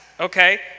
Okay